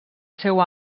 seu